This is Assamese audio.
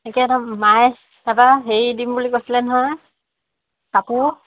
তাকে এতিয়া মায়ে হেৰি দিম বুলি কৈছিলে নহয় কাপোৰ